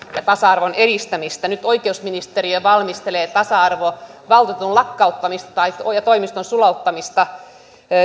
tasa arvon edistämistä nyt oikeusministeriö valmistelee tasa arvovaltuutetun viran lakkauttamista ja toimiston sulauttamista